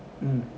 mm